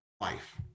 life